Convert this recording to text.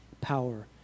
power